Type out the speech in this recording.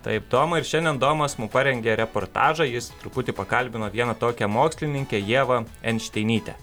taip tomai ir šiandien domas mum parengė reportažą jis truputį pakalbino vieną tokią mokslininkę ievą enšteinytę